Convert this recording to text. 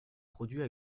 produits